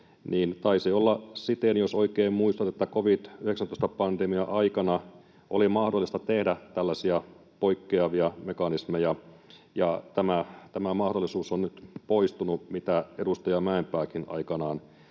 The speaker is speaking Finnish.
taisi olla siten, jos oikein muistan, että covid-19-pandemian aikana oli mahdollista tehdä tällaisia poikkeavia mekanismeja. Tämä mahdollisuus on nyt poistunut, mitä edustaja Mäenpääkin aikoinaan